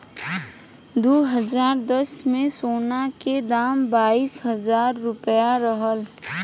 दू हज़ार दस में, सोना के दाम बाईस हजार रुपिया रहल